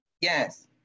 Yes